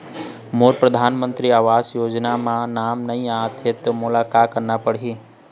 मोर परधानमंतरी आवास योजना म नाम नई आत हे त मोला का करना पड़ही?